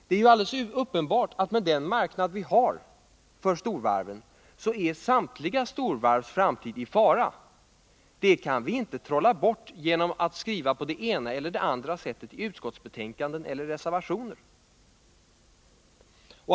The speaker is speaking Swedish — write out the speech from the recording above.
Det är alldeles uppenbart att — med den marknad vi har för storvarv — samtliga storvarvs framtid är i fara. Det kan vi inte trolla bort genom att skriva på det ena eller andra sättet i utskottsbetänkanden eller reservationer.